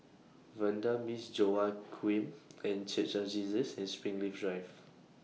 Vanda Miss Joaquim The Church of Jesus and Springleaf Drive